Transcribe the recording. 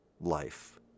life